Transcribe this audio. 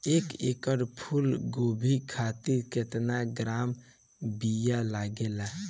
एक एकड़ फूल गोभी खातिर केतना ग्राम बीया लागेला?